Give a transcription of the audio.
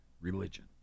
religion